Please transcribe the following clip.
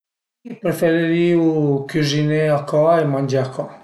Preferirìu cüziné a ca e mangé a ca